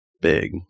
big